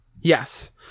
Yes